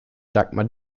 dagmar